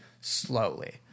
slowly